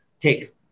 take